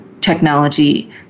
technology